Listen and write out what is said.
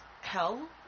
hell